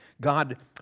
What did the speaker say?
God